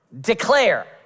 declare